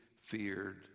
feared